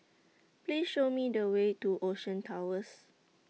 Please Show Me The Way to Ocean Towers